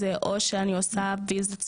זה או שאני עושה ויזת סטודנט,